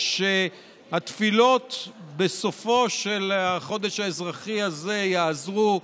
שהתפילות בסופו של החודש האזרחי הזה יעזרו,